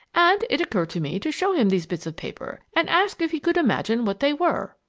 and it occurred to me to show him these bits of paper and ask if he could imagine what they were.